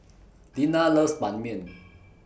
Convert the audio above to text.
Deanna loves Ban Mian